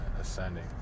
ascending